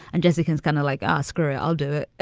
and jessica is gonna like ask her. i'll do it.